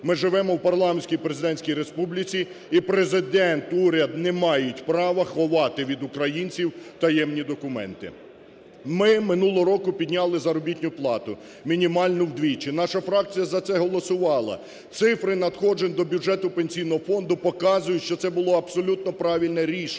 Ми живемо в парламентсько-президентській республіці, і Президент, уряд не мають права ховати від українців таємні документи. Ми минулого року підняли заробітну плату, мінімальну вдвічі. Наша фракція за це голосувала. Цифри надходжень до бюджету Пенсійного фонду показують, що це було абсолютно правильне рішення.